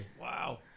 Wow